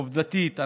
עובדתית.